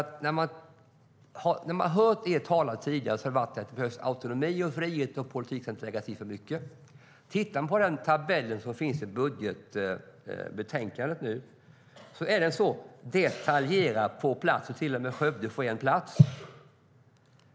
Tidigare har ni talat om att det behövs autonomi, frihet och att politiken inte ska lägga sig i för mycket. Den tabell som finns i budgetbetänkandet är så detaljerad att till och med Skövde får en plats.